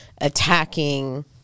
attacking